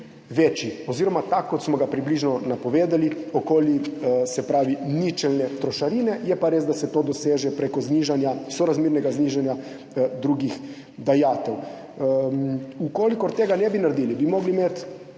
večji oziroma tak, kot smo ga približno napovedali, se pravi ničelne trošarine. Je pa res, da se to doseže preko sorazmernega znižanja drugih dajatev. Če tega ne bi naredili, bi morali imeti